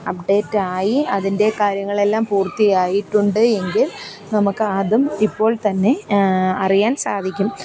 അപ്ഡേറ്റായി അതിന്റെ കാര്യങ്ങളെല്ലാം പൂർത്തിയായിട്ടുണ്ട് എങ്കിൽ നമ്മൾക്ക് അതും ഇപ്പോൾ തന്നെ അറിയാൻ സാധിക്കും